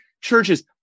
churches